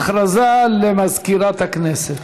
הודעה למזכירת הכנסת.